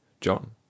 John